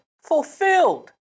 fulfilled